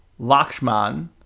Lakshman